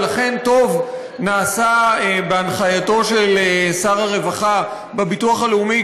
ולכן טוב נעשה בהנחייתו של שר הרווחה בביטוח הלאומי,